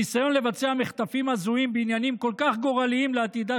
הניסיון לבצע מחטפים הזויים בעניינים כל כך גורליים לעתידה